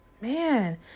man